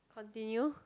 continue